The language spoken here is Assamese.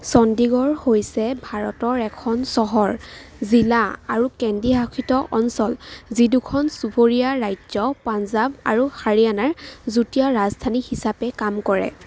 চণ্ডিগড় হৈছে ভাৰতৰ এখন চহৰ জিলা আৰু কেন্দ্ৰীয় শাসিত অঞ্চল যি দুখন চুবুৰীয়া ৰাজ্য পঞ্জাৱ আৰু হাৰিয়ানাৰ যুটীয়া ৰাজধানী হিচাপে কাম কৰে